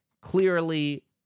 Clearly